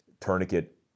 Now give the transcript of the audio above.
tourniquet